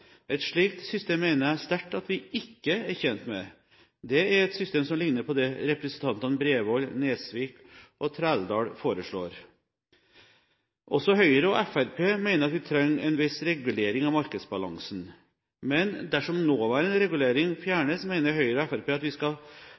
Et slikt system mener jeg sterkt at vi ikke er tjent med. Det er et system som ligner på det representantene Bredvold, Nesvik og Trældal foreslår. Også Høyre og Fremskrittspartiet mener at vi trenger en viss regulering av markedsbalansen. Men dersom nåværende regulering fjernes, mener Høyre og Fremskrittspartiet da at vi skal